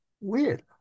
Weird